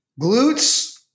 glutes